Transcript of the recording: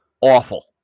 awful